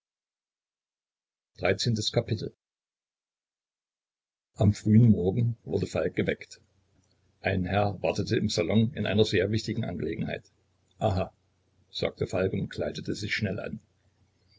am frühen morgen wurde falk geweckt ein herr wartete im salon in einer sehr wichtigen angelegenheit aha sagte falk und kleidete sich schnell an